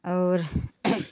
और